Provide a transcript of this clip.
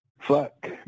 fuck